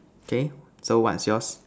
okay so what's yours